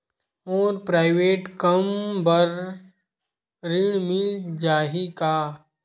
मोर private कम बर ऋण मिल जाही का?